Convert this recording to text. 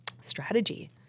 strategy